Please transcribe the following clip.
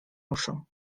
ruszył